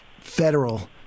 federal